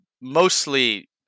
mostly